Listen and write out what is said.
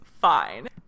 fine